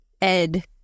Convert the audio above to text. Ed